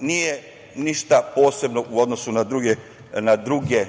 nije ništa posebno u odnosu na druge